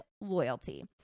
loyalty